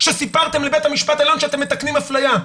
שסיפרתם לבית המשפט העליון שאתם מתקנים אפליה?